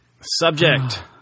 Subject